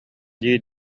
дии